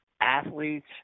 athletes